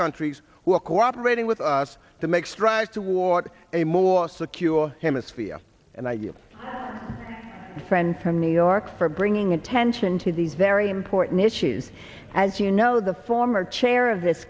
countries who are cooperating with us to make strides toward a more secure hemisphere and i you send and new york for bringing attention to these very important issues as you know the former chair of this